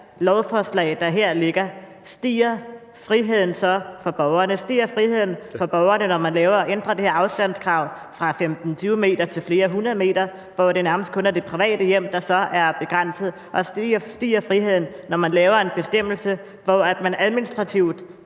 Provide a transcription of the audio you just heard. lovforslag, der ligger her? Stiger friheden for borgerne, når man ændrer det her afstandskrav fra 10-15 m til flere hundrede meter, hvor det nærmest kun er ved det private hjem, at grænsen går? Og stiger friheden, når man laver en bestemmelse, der indebærer, at man administrativt